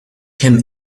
him